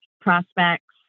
prospects